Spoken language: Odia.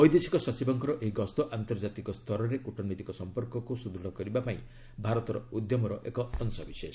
ବୈଦେଶିକ ସଚିବଙ୍କର ଏହି ଗସ୍ତ ଆନ୍ତର୍ଜାତିକ ସ୍ତରରେ କୁଟନୈତିକ ସଂପର୍କକୁ ସୁଦୃଢ଼ କରିବା ପାଇଁ ଭାରତର ଉଦ୍ୟମର ଏକ ଅଂଶବିଶେଷ